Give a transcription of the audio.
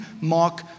Mark